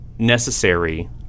Necessary